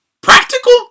practical